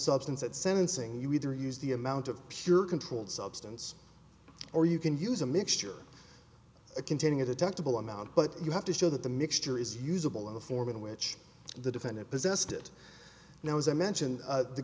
substance at sentencing you either use the amount of pure controlled substance or you can use a mixture containing a detectable amount but you have to show that the mixture is usable in the form in which the defendant possessed it now as i mentioned